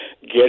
get